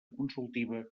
consultiva